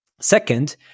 Second